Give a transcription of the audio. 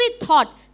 thought